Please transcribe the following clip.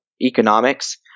economics